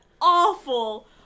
awful